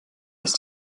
dass